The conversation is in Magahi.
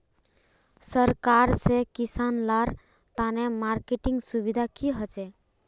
सरकार से किसान लार तने मार्केटिंग सुविधा की होचे?